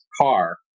car